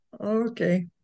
Okay